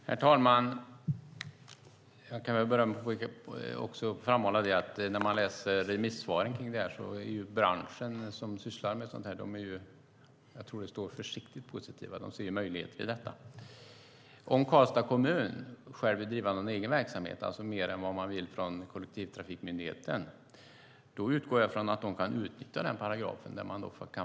Herr talman! I remissvaren från branschen som sysslar med det här står det att de är försiktigt positiva. De ser möjligheter i detta. Om Karlstads kommun vill driva en egen verksamhet, alltså utöver den via kollektivtrafikmyndigheten, utgår jag från att de kan utnyttja möjligheten att förhandla.